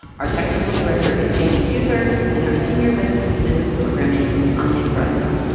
our technical director is andy huether and our senior vice president of programming is anya grundmann.